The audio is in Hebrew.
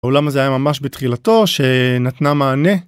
העולם הזה היה ממש בתחילתו שנתנה מענה.